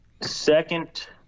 Second